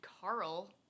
Carl